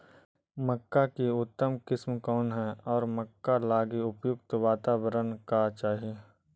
मक्का की उतम किस्म कौन है और मक्का लागि उपयुक्त बाताबरण का चाही?